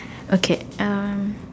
okay um